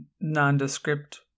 nondescript